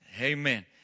Amen